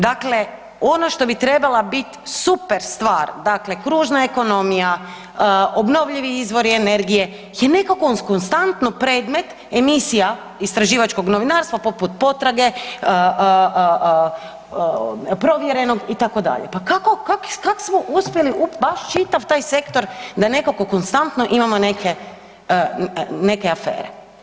Dakle, ono što bi trebala bit super stvar, dakle kružna ekonomija, obnovljivi izvori energije je nekako konstantno predmet emisija istraživačkog novinarstva poput Potrage, Provjerenog itd., pa kak smo uspjeli baš čitav taj sektor da nekako konstantno imamo neke afere?